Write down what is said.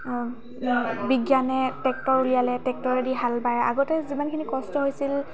বিজ্ঞানে ট্ৰেক্টৰ উলিয়ালে ট্ৰেক্টৰেদি হাল বায় আগতে যিমানখিনি কষ্ট হৈছিল